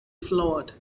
flawed